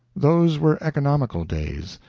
those were economical days.